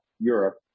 Europe